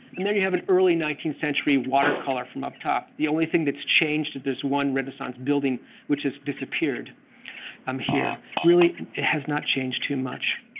and there you have an early nineteenth century watercolor from up top. the only thing that's changed is there's one renaissance building which has disappeared um here. really, it has not changed too much.